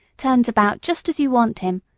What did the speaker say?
turns about just as you want him,